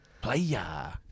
Player